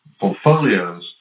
portfolios